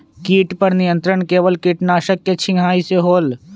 किट पर नियंत्रण केवल किटनाशक के छिंगहाई से होल?